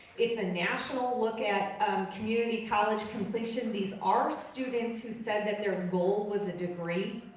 it's a national look at community college completion, these are students who said that their goal was a degree.